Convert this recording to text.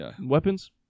Weapons